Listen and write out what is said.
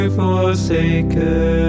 forsaken